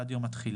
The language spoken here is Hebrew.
עד יום התחילה,